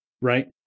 right